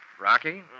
Rocky